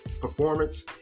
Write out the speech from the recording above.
performance